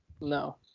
No